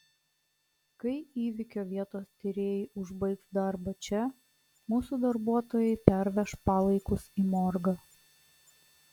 kai įvykio vietos tyrėjai užbaigs darbą čia mūsų darbuotojai perveš palaikus į morgą